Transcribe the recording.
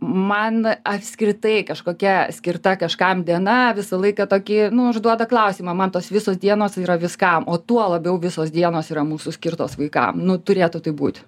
man apskritai kažkokia skirta kažkam diena visą laiką tokį nu užduoda klausimą man tos visos dienos yra viskam o tuo labiau visos dienos yra mūsų skirtos vaikam nu turėtų tai būti